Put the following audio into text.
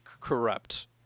corrupt